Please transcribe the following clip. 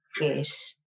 Yes